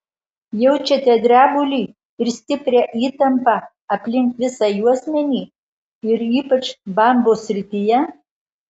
jaučiate drebulį ir stiprią įtampą aplink visą juosmenį ir ypač bambos srityje